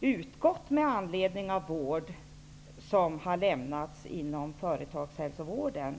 utgått med anledning av att vården har givits inom företagshälsovårdens